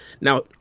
now